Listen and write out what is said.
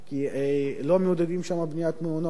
כי לא מעודדים שם בניית מעונות.